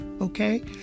okay